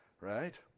right